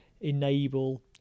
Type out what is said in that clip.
enable